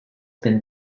been